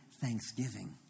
thanksgiving